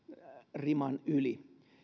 riman yli